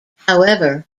however